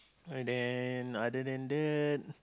uh then other than that